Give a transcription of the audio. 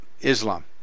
Islam